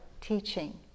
teaching